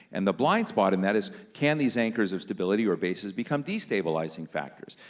and the blind spot in that is can these anchors of stability or bases become destabilizing factors,